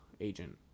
agent